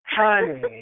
Honey